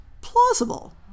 plausible